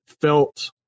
felt